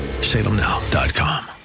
salemnow.com